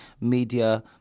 media